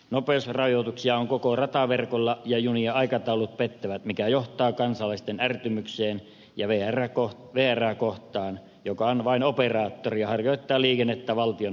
nopeusrajoituksia on koko rataverkolla ja ju nien aikataulut pettävät mikä johtaa kansalaisten ärtymykseen vrää kohtaan joka on vain operaattori ja harjoittaa liikennettä valtion omistamalla radalla